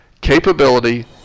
capability